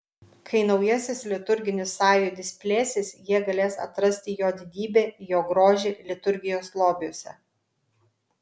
kai naujasis liturginis sąjūdis plėsis jie galės atrasti jo didybę jo grožį liturgijos lobiuose